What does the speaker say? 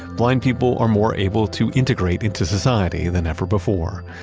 blind people are more able to integrate into society than ever before.